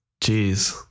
Jeez